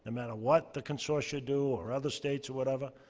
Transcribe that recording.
and matter what the consortia do or other states or whatever.